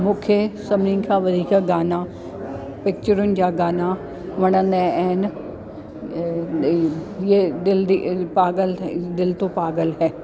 मुखे सभिनीनि खां वधीक गाना पिचरुन जा गाना वणंदा आहिनि दिलि दी पागल दिल तो पागल है